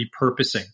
repurposing